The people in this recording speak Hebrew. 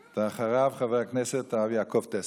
אחריו, חבר הכנסת הרב יעקב טסלר.